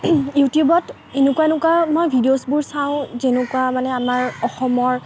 ইউটিউবত এনেকুৱা এনেকুৱা মই ভিডিঅ'চবোৰ চাওঁ যেনেকুৱা মানে আমাৰ অসমৰ